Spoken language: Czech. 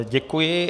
Děkuji.